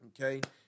Okay